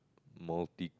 multi